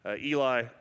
Eli